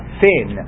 thin